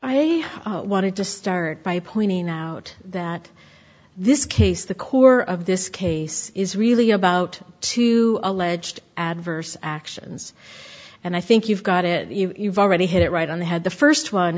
i wanted to start by pointing out that this case the core of this case is really about two alleged adverse actions and i think you've got it you've already hit it right on the head the first one